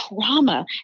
trauma